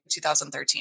2013